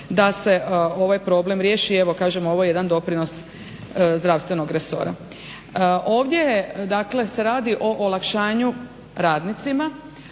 da se ovaj problem riješi, evo kažem ovo je jedan doprinos zdravstvenog resora. Ovdje se radi o olakšanju radnicima,